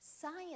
Science